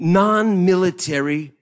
non-military